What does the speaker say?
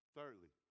Thirdly